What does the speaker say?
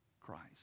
Christ